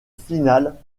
finale